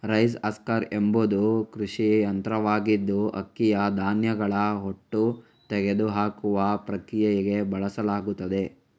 rice husker ಎಂಬುದು ಕೃಷಿ ಯಂತ್ರವಾಗಿದ್ದು ಅಕ್ಕಿಯ ಧಾನ್ಯಗಳ ಹೊಟ್ಟು ತೆಗೆದುಹಾಕುವ ಪ್ರಕ್ರಿಯೆಗೆ ಬಳಸಲಾಗುತ್ತದೆ